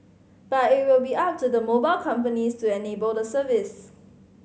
but it will be up to the mobile companies to enable the service